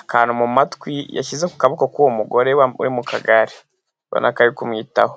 akantu mu matwi yashyize ku kaboko k'uwo mugore uri mu kagare. Ubona ko ari kumwitaho.